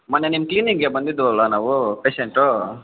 ಮೊನ್ನೆ ನಿಮ್ಮ ಕ್ಲಿನಿಕ್ಗೆ ಬಂದಿದ್ವಲ್ಲ ನಾವು ಪೇಷಂಟು